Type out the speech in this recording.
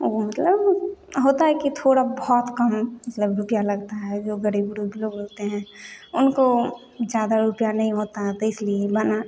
वह मतलब होता है कि थोड़ा बहुत कम मतलब रुपये लगता है जो गरीब लोग होते हैं उनको ज़्यादा रुपये नहीं होता है इस लिए बना